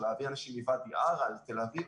להביא אנשים מוואדי ערה לתל אביב.